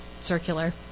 circular